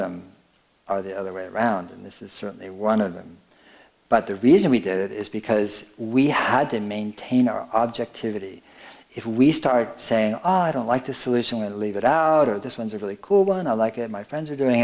them are the other way around and this is certainly one of them but the reason we did it is because we had to maintain our objectivity if we start saying i don't like the solution and leave it out or this one's really cool and i like it my friends are doing